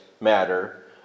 matter